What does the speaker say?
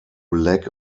lack